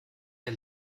der